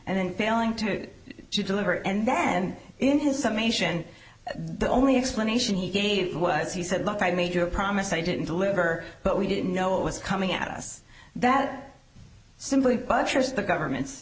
then failing to deliver and then in his some nation the only explanation he gave was he said look i made a promise i didn't deliver but we didn't know it was coming at us that simply the government's